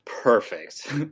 Perfect